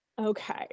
Okay